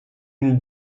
une